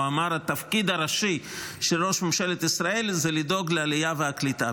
הוא אמר: התפקיד הראשי של ראש ממשלת ישראל זה לדאוג לעלייה והקליטה,